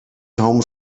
home